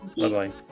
bye-bye